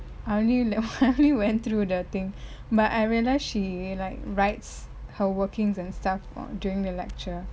I only I only went through the thing but I realise she like writes her workings and stuff on during the lecture